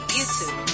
YouTube